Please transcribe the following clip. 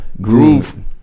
Groove